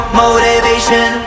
motivation